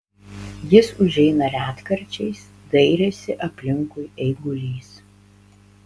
jis užeina retkarčiais dairėsi aplinkui eigulys